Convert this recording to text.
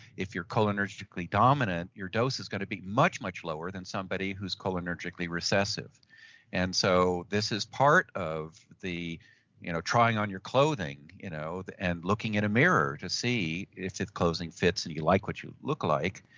if you're cholinergically dominant, your dose is going to be much much lower than somebody who's cholinergically recessive and so this is part of the you know trying on your clothing you know and looking in a mirror to see if the clothing fits and you like what you look like,